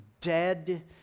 dead